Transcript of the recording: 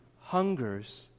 hungers